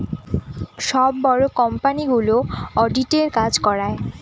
সব বড়ো কোম্পানিগুলো অডিটের কাজ করায়